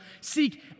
Seek